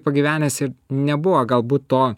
pagyvenęs ir nebuvo galbūt to